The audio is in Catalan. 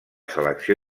selecció